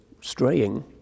straying